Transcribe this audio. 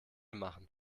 machen